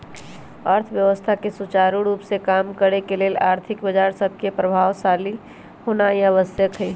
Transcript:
अर्थव्यवस्था के सुचारू रूप से काम करे के लेल आर्थिक बजार सभके प्रभावशाली होनाइ आवश्यक हइ